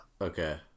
okay